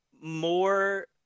more